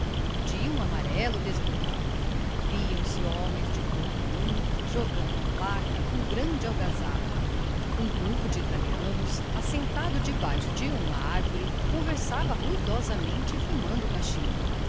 de um amarelo desbotado viam-se homens de corpo nu jogando a placa com grande algazarra um grupo de italianos assentado debaixo de uma árvore conversava ruidosamente fumando cachimbo